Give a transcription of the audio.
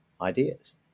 ideas